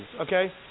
okay